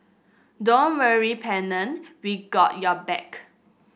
don't worry Pennant we got your back